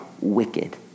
wicked